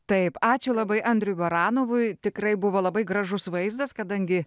taip ačiū labai andriui baranovui tikrai buvo labai gražus vaizdas kadangi